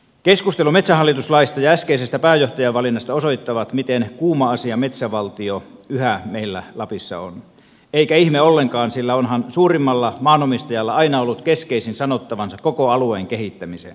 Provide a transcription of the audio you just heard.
keskustelu metsähallitus laista ja äskeisestä pääjohtajavalinnasta osoittavat miten kuuma asia metsävaltio yhä meillä lapissa on eikä ihme ollenkaan sillä onhan suurimmalla maanomistajalla aina ollut keskeisin sanottavansa koko alueen kehittämiseen